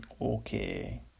Okay